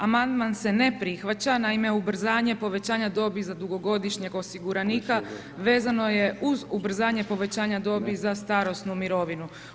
Amandman se ne prihvaća, naime ubrzanje povećanja dobi za dugogodišnjeg osiguranika vezano je uz ubrzanje povećanje dobi za starosnu mirovinu.